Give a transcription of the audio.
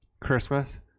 Christmas